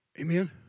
Amen